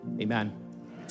Amen